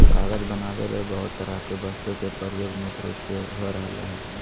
कागज बनावे ले बहुत तरह के वस्तु के प्रयोग मुख्य रूप से हो रहल हल